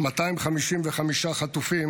255 חטופים,